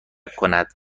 کند